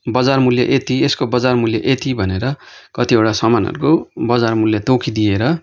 बजार मूल्य एति एसको बजार मूल्य एति भनेर कतिवडा समानहरको बजार मूल्य तोकिदिएर